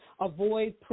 avoid